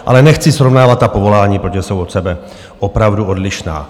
Ale nechci srovnávat ta povolání, protože jsou od sebe opravdu odlišná.